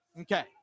Okay